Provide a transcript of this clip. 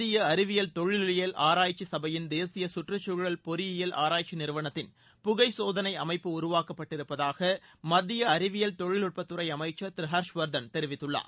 இந்திய அறிவியல் தொழிலியல் ஆராய்ச்சி சபையின் தேசிய சுற்றுச்சூழல் பொறியியல் ஆராய்ச்சி நிறுவனத்தின் புகை சோதனை அமைப்பு உருவாக்கப்பட்டு இருப்பதாக மத்திய அறிவியல் தொழில்நுட்பத்துறை அமைச்சர் திரு ஹர்ஷ்வர்தன் தெரிவித்துள்ளார்